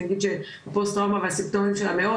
אני אגיד שפוסט טראומה והסימפטומים שלה מאוד,